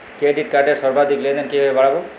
Credit কার্ডের সর্বাধিক লেনদেন কিভাবে বাড়াবো?